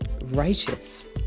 righteous